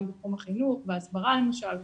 גם בתחום החינוך והסברה למשל.